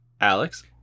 Alex